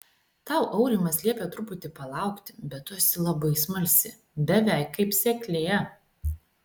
tau aurimas liepė truputį palaukti bet tu esi labai smalsi beveik kaip seklė